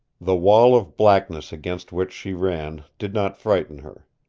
the wall of blackness against which she ran did not frighten her.